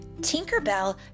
Tinkerbell